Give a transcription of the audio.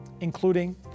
including